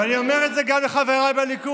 ואני אומר את זה גם לחבריי בליכוד